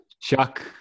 Chuck